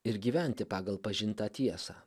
ir gyventi pagal pažintą tiesą